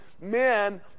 men